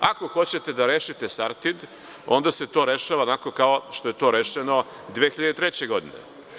Ako hoćete da rešite „Sartid“, onda se to rešava kao što je to rešeno 2003. godine.